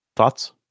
Thoughts